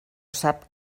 sap